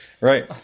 Right